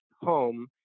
home